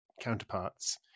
counterparts